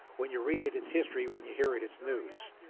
when you read it it's history. when you hear it, it's news.